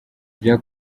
bya